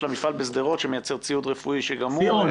המפעל בשדרות שמייצר ציוד רפואי --- שיאון.